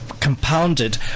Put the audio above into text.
compounded